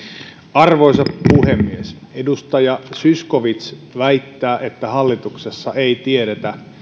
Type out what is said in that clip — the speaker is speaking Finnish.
arvoisa puhemies edustaja zyskowicz väittää että hallituksessa ei tiedetä